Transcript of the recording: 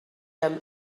them